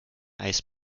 eis